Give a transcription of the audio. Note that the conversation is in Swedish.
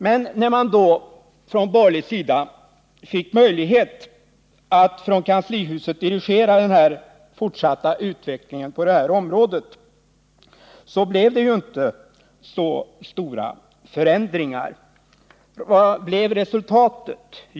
Men när de borgerliga sedan fick möjlighet att från kanslihuset dirigera den fortsatta utvecklingen på detta område, blev det inte så stora förändringar. Vad blev resultatet?